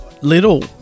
little